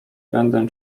będę